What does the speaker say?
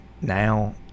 now